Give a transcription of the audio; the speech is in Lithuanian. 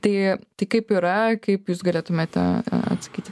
tai tai kaip yra kaip jūs galėtumėte atsakyti